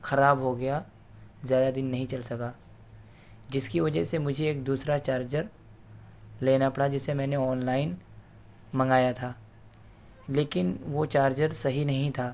خراب ہوگیا زیادہ دن نہیں چل سکا جس کی وجہ سے مجھے ایک دوسرا چارجر لینا پڑا جسے میں نے آن لائن منگایا تھا لیکن وہ چارجر صحیح نہیں تھا